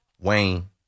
Wayne